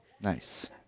Nice